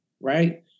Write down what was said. Right